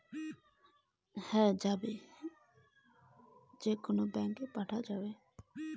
UPI দিয়া কি সব ব্যাংক ওত টাকা পাঠা যায়?